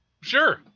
Sure